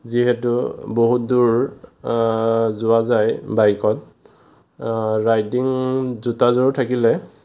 যিহেতু বহুত দূৰ যোৱা যায় বাইকত ৰাইডিং জোতাযোৰ থাকিলে